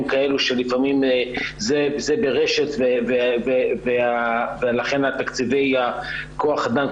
כאלו שלפעמים זה ברשת ולכן תקציבי כוח האדם,